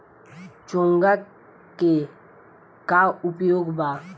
चोंगा के का उपयोग बा?